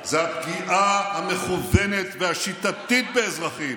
הטרור זה הפגיעה המכוונת והשיטתית באזרחים,